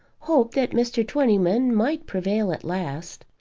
hoped that mr. twentyman might prevail at last.